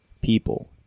people